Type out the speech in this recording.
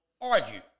argue